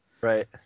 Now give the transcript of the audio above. Right